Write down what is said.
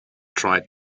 tried